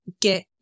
get